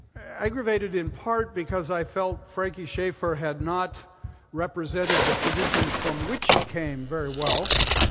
aggravated in part because i felt frankie schaefer had not represented the tradition from which he came very well,